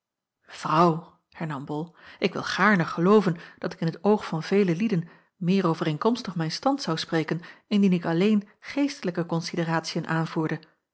mevrouw hernam bol ik wil gaarne gelooven dat ik in t oog van vele lieden meer overeenkomstig mijn stand zou spreken indien ik alleen geestelijke konsideratiën aanvoerde